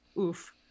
oof